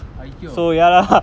!aiyo!